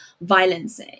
violence